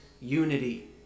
unity